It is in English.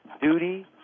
duty